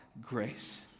grace